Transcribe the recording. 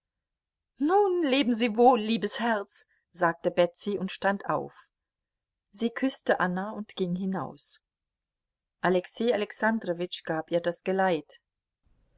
nun leben sie wohl liebes herz sagte betsy und stand auf sie küßte anna und ging hinaus alexei alexandrowitsch gab ihr das geleit